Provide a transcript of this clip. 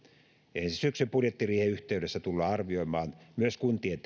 ensi syksyn budjettiriihen yhteydessä tullaan arvioimaan myös kuntien